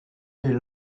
est